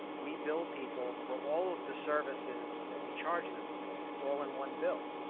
we bill people for all of the services that we charge them for. it's all in one bill.